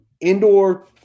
indoor